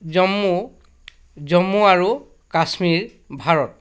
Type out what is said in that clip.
জম্মু জম্মু আৰু কাশ্মীৰ ভাৰত